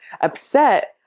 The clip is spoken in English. upset